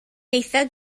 eithaf